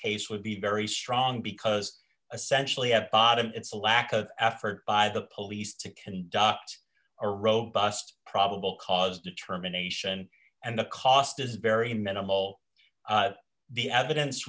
case would be very strong because essentially have bottom it's a lack of effort by the police to conduct a robust probable cause determination and the cost is very minimal the evidence